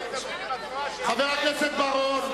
חבר הכנסת בר-און.